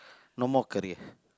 no more career